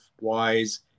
wise